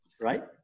right